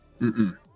mm-mm